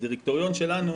הדירקטוריון שלנו